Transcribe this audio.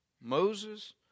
moses